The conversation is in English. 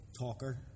talker